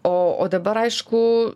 o o dabar aišku